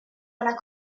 una